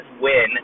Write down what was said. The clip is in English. win